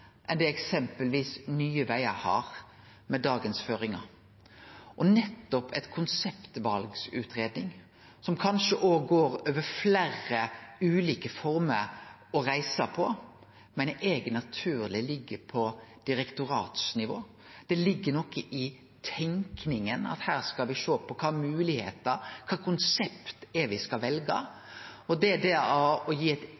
enn det eksempelvis Nye Vegar har med føringane av i dag. Og nettopp ei konseptvalsutgreiing, som kanskje òg går over fleire ulike reiseformer, meiner eg naturleg ligg på direktoratsnivå. Det ligg noko i tenkinga: at her skal me sjå på kva moglegheiter, kva konsept det er me skal velje. Å gi eit